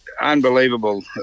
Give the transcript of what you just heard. Unbelievable